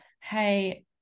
hey